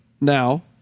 now